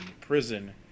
prison